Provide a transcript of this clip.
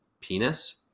penis